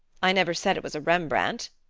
i never said it was a rembrandt.